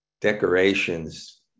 decorations